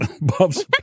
Bob's